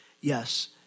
Yes